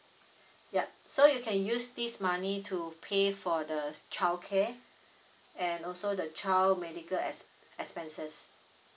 yup so you can use this money to pay for the childcare and also the child medical ex~ expenses